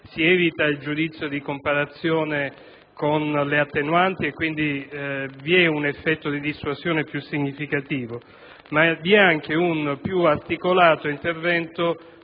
si evita il giudizio di comparazione con le attenuanti e quindi vi è un effetto di dissuasione più significativo, ma vi è anche un più articolato intervento